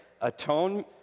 Atone